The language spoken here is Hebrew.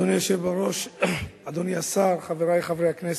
אדוני היושב-ראש, אדוני השר, חברי חברי הכנסת,